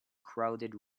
crowded